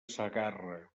segarra